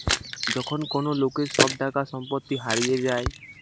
যখন কোন লোকের সব টাকা সম্পত্তি হারিয়ে যায়